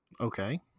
Okay